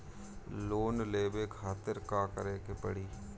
Loan लेवे खातिर का करे के पड़ी?